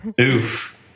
Oof